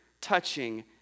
touching